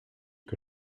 que